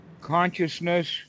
consciousness